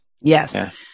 Yes